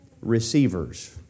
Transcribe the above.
receivers